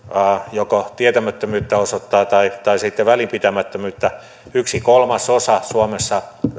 joko tietämättömyyttä tai tai sitten välinpitämättömyyttä yksi kolmasosa suomessa